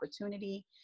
opportunity